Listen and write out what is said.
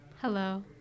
Hello